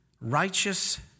righteous